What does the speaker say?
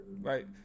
right